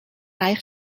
аяга